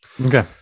Okay